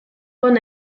con